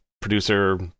producer